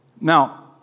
Now